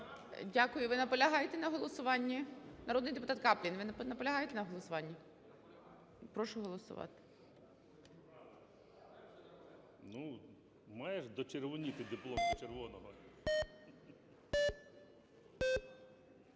Дякую. Ви наполягаєте на голосуванні? Народний депутат Каплін, ви наполягаєте на голосуванні? Прошу голосувати.